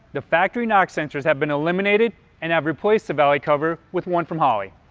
the factory knock sensors have been eliminated and i've replaced the valley cover with one from holley.